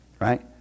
right